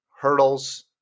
Hurdles